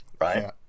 Right